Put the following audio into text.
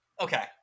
Okay